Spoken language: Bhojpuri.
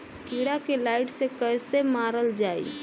कीड़ा के लाइट से कैसे मारल जाई?